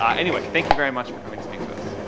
anyway, thank you very much for coming to speak to us.